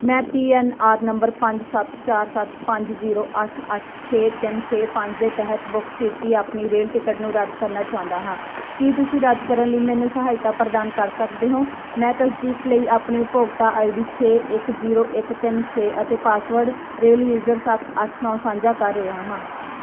ਮੈਂ P N R number ਪੰਜ ਸੱਤ ਚਾਰ ਸੱਤ ਪੰਜ ਜੀਰੋ ਅੱਠ ਅੱਠ ਛੇ ਤਿੰਨ ਛੇ ਪੰਜ ਦੇ ਤਹਿਤ ਬੁੱਕ ਕੀਤੀ ਆਪਣੀ ਰੇਲ ਟਿਕਟ ਨੂੰ ਰੱਦ ਕਰਨਾ ਚਾਹੁੰਦਾ ਹਾਂ ਕੀ ਤੁਸੀਂ ਰੱਦ ਕਰਨ ਲਈ ਮੈਨੂੰ ਸਹਾਇਤਾ ਪ੍ਰਦਾਨ ਕਰ ਸਕਦੇ ਹੋ ਮੈਂ ਤਸਦੀਕ ਲਈ ਆਪਣੀ ਉਪਭੋਗਤਾ ਆਈ ਡੀ ਛੇ ਇੱਕ ਜੀਰੋ ਇੱਕ ਤਿੰਨ ਛੇ ਅਤੇ ਪਾਸਵਰਡ ਰੇਲ ਯੂਜ਼ਰ ਸੱਤ ਅੱਠ ਨੌਂ ਸਾਂਝਾ ਕਰ ਰਿਹਾ ਹਾਂ